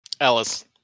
Alice